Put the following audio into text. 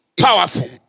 powerful